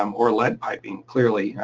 um or lead piping, clearly,